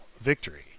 victory